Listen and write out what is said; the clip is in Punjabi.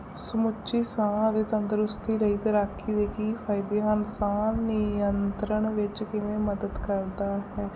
ਸਮੁੱਚੀ ਸਾਹ ਤੇ ਤੰਦਰੁਸਤੀ ਲਈ ਤੈਰਾਕੀ ਦੇ ਕੀ ਫਾਇਦੇ ਹਨ ਸਾਹ ਨਿਅੰਤਰਣ ਵਿੱਚ ਕਿਵੇਂ ਮਦਦ ਕਰਦਾ ਹੈ